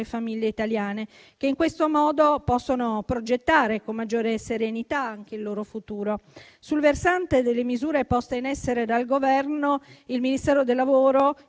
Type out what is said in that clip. famiglie italiane, che in questo modo possono progettare con maggiore serenità anche il loro futuro. Sul versante delle misure poste in essere dal Governo, il Ministero del lavoro,